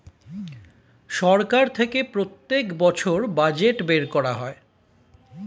সরকার থেকে প্রত্যেক বছর বাজেট বের করা হয়